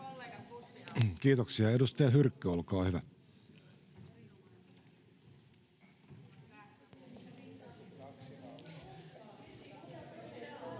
Kiitoksia. — Edustaja Hyrkkö, olkaa hyvä.